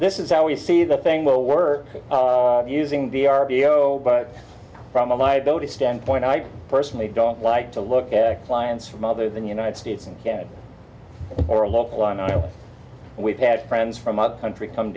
this is how we see the thing will work using the r v o but from a liability standpoint i personally don't like to look at clients from other than united states and canada or a local i know we've had friends from other countries come